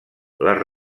les